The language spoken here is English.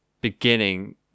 beginning